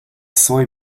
soy